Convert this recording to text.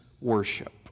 worship